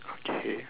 okay